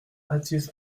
athis